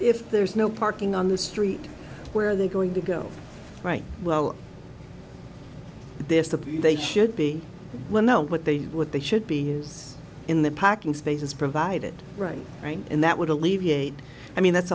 if there's no parking on the street where they're going to go right well there's the they should be well known what they what they should be use in the parking spaces provided right right and that would alleviate i mean that's